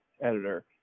editor